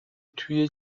توی